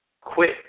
quit